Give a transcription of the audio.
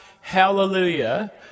Hallelujah